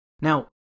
Now